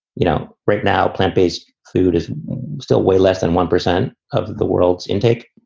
you know, right now, plant based food is still way less than one percent of the world's intake.